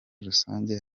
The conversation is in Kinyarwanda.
rusange